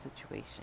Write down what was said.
situation